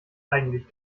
eigentlich